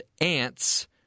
Ants